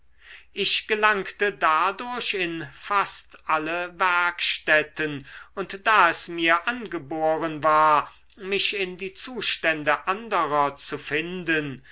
ich gelangte dadurch fast in alle werkstätten und da es mir angeboren war mich in die zustände anderer zu finden